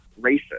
racist